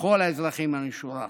לכל האזרחים מן השורה.